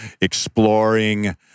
exploring